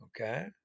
okay